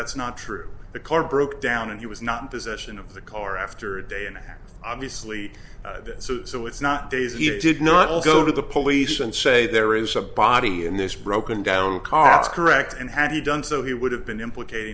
that's not true the car broke down and he was not in possession of the car after a day and obviously so it's not days he did not all go to the police and say there is a body in this broken down car correct and had he done so he would have been implicat